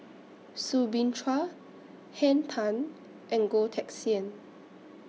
Soo Bin Chua Henn Tan and Goh Teck Sian